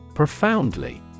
Profoundly